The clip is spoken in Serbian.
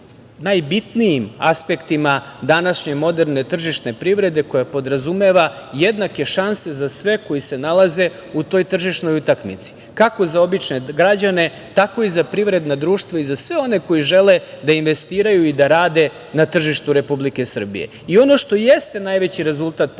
najbitnijim aspektima današnje moderne tržišne privrede koja podrazumeva jednake šanse za sve koji se nalaze u toj tržišnoj utakmici. Kako za obične građane, tako i za privredna društva i za sve one koji žele da investiraju i da rade na tržištu Republike Srbije. Ono što jeste najveći rezultat politike